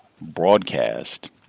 broadcast